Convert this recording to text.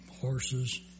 horses